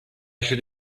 should